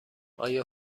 آیا